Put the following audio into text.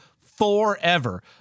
forever